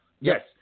yes